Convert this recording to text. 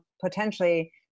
potentially